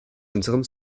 unserem